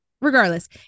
Regardless